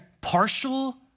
Partial